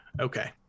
okay